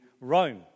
Rome